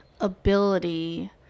ability